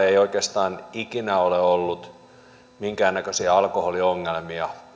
ei oikeastaan ikinä ole ollut minkäännäköisiä alkoholiongelmia